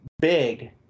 big